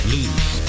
Lose